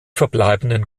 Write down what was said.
verbleibenden